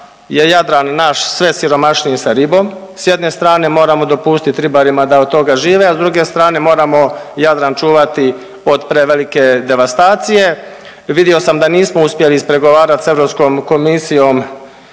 je Jadran naš sve siromašniji sa ribom. Sa jedne strane moramo dopustiti ribarima da od toga žive, a s druge strane moramo Jadran čuvati od prevelike devastacije. Vidio sam da nismo uspjeli ispregovarati sa Europskom komisijom